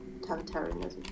Totalitarianism